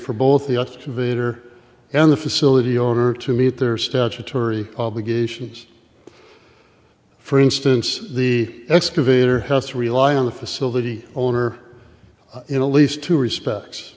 for both the vater and the facility order to meet their statutory obligations for instance the excavator has to rely on the facility owner in a lease to respects